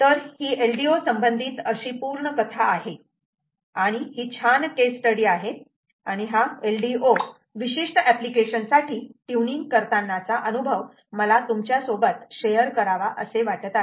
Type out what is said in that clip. तर ही LDO संबंधित अशी पूर्ण कथा आहे आणि ही छान केस स्टडी आहे आणि हा LDO विशिष्ट एप्लिकेशन साठी ट्युनिंग करतांनाचा अनुभव मला तुमच्या सोबत शेअर करावा असे वाटत आहे